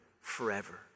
forever